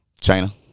China